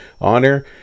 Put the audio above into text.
honor